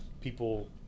people